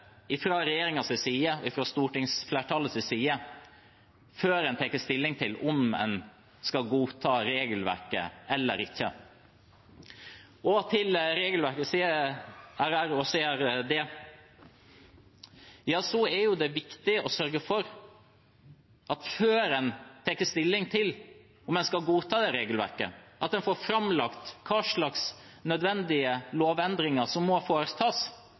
side og fra stortingsflertallets side før en tar stilling til om en skal godta regelverket eller ikke. Når det gjelder CRR og CRD IV, er det viktig å sørge for at en før en tar stilling til om en skal godta dette regelverket, får framlagt hva slags nødvendige lovendringer som må foretas,